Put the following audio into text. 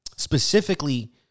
Specifically